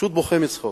פשוט בוכה מצחוק.